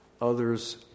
Others